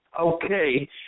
okay